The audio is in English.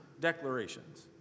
declarations